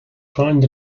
find